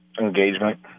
Engagement